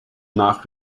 nach